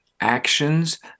actions